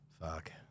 Fuck